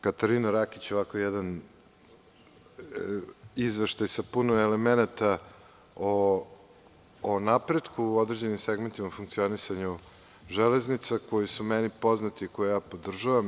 Katarina Rakić je imala jedan izveštaj sa puno elemenata o napretku u određenim segmentima funkcionisanja „Železnica“, koji su meni poznati i koje ja podržavam.